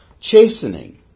Chastening